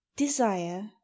Desire